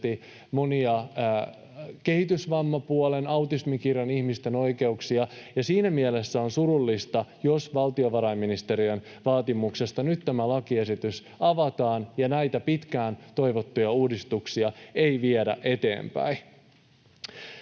monia kehitysvammapuolen, autismikirjon ihmisten oikeuksia, ja siinä mielessä on surullista, jos valtiovarainministeriön vaatimuksesta nyt tämä lakiesitys avataan ja näitä pitkään toivottuja uudistuksia ei viedä eteenpäin.